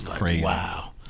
wow